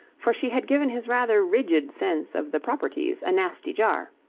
for she had given his rather rigid sense of the proprieties a nasty jar.